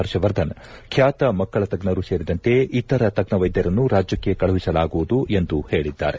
ಹರ್ಷವರ್ಧನ್ ಖ್ಯಾತ ಮಕ್ಕಳ ತಜ್ಞರು ಸೇರಿದಂತೆ ಇತರ ತಜ್ಞ ವೈದ್ಯರನ್ನು ರಾಜ್ಯಕ್ಕೆ ಕಳುಹಿಸಿಕೊಡಲಾಗುವುದು ಎಂದು ಹೇಳಿದ್ದಾರೆ